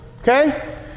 okay